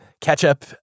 ketchup